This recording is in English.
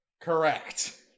correct